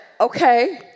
okay